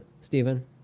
Stephen